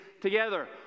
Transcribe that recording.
together